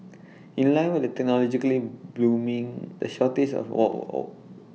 in line with the technologically booming the shortage of all all